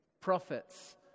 Prophets